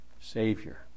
Savior